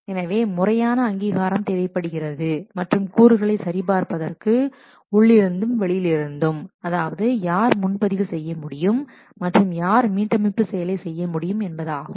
எனவே முறையான அங்கீகாரம் தேவைப்படுகிறது மற்றும் கூறுகளை சரி பார்ப்பதற்கு உள்ளிருந்தும் வெளியிலிருந்தும் அதாவது யார் முன் பதிவு செய்ய முடியும் மற்றும் யார் மீட்டமைப்பு செயலை செய்ய முடியும் என்பதாகும்